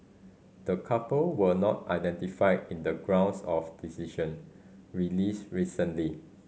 the couple were not identified in the grounds of decision released recently